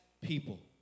people